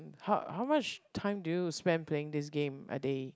how how much time do you spend playing this game a day